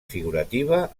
figurativa